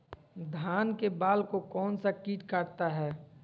धान के बाल को कौन सा किट काटता है?